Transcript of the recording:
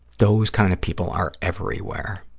those kind of people are everywhere.